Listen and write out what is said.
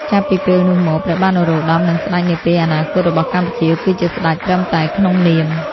ចាប់ពីពេលនោះមក ព្រះបាទនរោត្តម និងស្តេចនាពេលអនាគតរបស់កម្ពុជា គឺជាស្តេចត្រឹមតែក្នុងនាម។